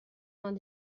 vingt